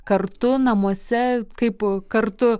kartu namuose kaip kartu